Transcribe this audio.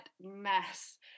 mess